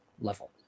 level